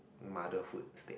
motherhood instead